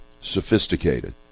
sophisticated